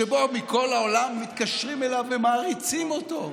שבו מכל העולם מתקשרים אליו ומעריצים אותו.